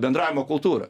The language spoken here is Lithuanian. bendravimo kultūra